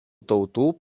tautų